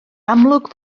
amlwg